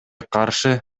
каршы